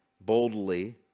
Boldly